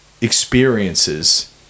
experiences